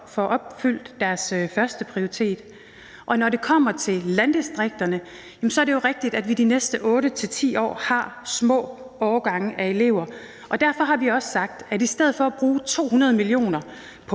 får opfyldt deres førsteprioritet. Og når det kommer til landdistrikterne, er det jo rigtigt, at vi de næste 8-10 år har små årgange af elever. Derfor har vi også sagt, at vi i stedet for at bruge 200 mio. kr. på